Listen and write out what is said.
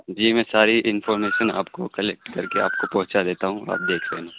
جی میں ساری انفارمیشن آپ کو کلیکٹ کر کے آپ کو پہنچا دیتا ہوں آپ دیکھ لینا